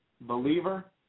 believer